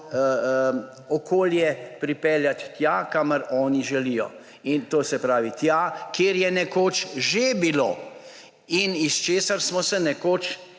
okolje pripeljati tja, kamor oni želijo. To se pravi tja, kjer je nekoč že bilo in iz česar smo se nekoč